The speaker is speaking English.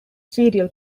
serial